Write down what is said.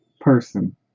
person